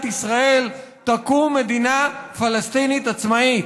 ישראל תקום מדינה פלסטינית עצמאית.